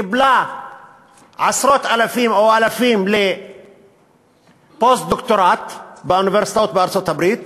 קיבלה עשרות אלפים או אלפים לפוסט-דוקטורט באוניברסיטאות בארצות-הברית,